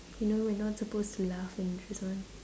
you know we're not supposed to laugh when we choose one